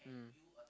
mm